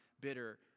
bitter